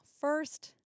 First